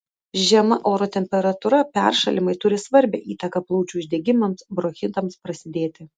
žema oro temperatūra peršalimai turi svarbią įtaką plaučių uždegimams bronchitams prasidėti